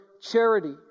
charity